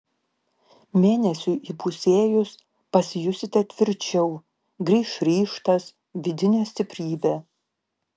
mėnesiui įpusėjus pasijusite tvirčiau grįš ryžtas vidinė stiprybė